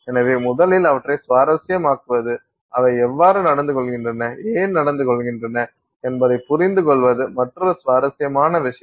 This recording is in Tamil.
எனவே முதலில் அவற்றை சுவாரஸ்யமாக்குவது அவை எவ்வாறு நடந்து கொள்கின்றன ஏன் நடந்து கொள்கின்றன என்பதைப் புரிந்துகொள்வது மற்றொரு சுவாரஸ்யமான விஷயம்